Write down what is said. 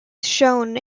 shown